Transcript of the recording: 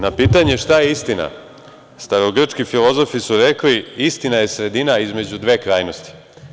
Na pitanje šta je istina, starogrčki filozofi su rekli – istina je sredina između dve krajnosti.